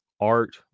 art